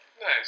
Nice